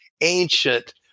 ancient